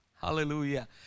Hallelujah